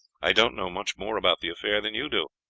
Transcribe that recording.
i don't know much more about the affair than you do.